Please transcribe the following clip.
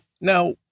now